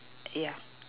yeah